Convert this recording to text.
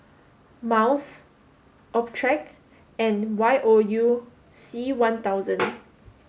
Miles Optrex and Y O U C one thousand